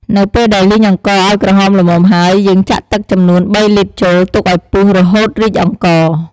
នៅពេលដែលលីងអង្ករឱ្យក្រហមល្មមហើយ យើងចាក់ទឹកចំនួន ៣ លីត្រចូល ទុកឱ្យពុះ រហូតរីកអង្ករ។